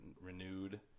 renewed